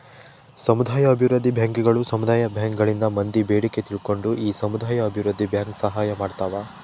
ಸಮುದಾಯ ಅಭಿವೃದ್ಧಿ ಬ್ಯಾಂಕುಗಳು ಸಮುದಾಯ ಬ್ಯಾಂಕ್ ಗಳಿಂದ ಮಂದಿ ಬೇಡಿಕೆ ತಿಳ್ಕೊಂಡು ಈ ಸಮುದಾಯ ಅಭಿವೃದ್ಧಿ ಬ್ಯಾಂಕ್ ಸಹಾಯ ಮಾಡ್ತಾವ